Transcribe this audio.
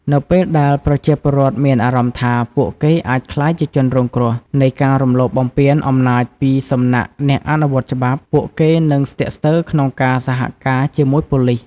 នៅពេលដែលប្រជាជនមានអារម្មណ៍ថា ពួកគេអាចក្លាយជាជនរងគ្រោះនៃការរំលោភបំពានអំណាចពីសំណាក់អ្នកអនុវត្តច្បាប់ ពួកគេនឹង ស្ទាក់ស្ទើរក្នុងការសហការជាមួយប៉ូលីស។